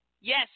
Yes